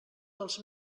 dels